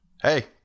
Hey